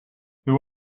who